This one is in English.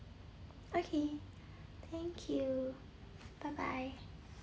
okay thank you bye bye